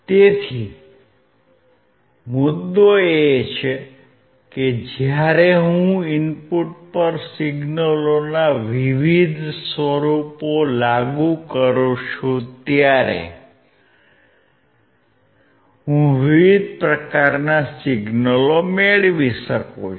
તેથી મુદ્દો એ છે કે જ્યારે હું ઇનપુટ પર સિગ્નલોના વિવિધ સ્વરૂપો લાગુ કરું છું ત્યારે હું વિવિધ પ્રકારના સિગ્નલો મેળવી શકું છું